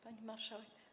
Pani Marszałek!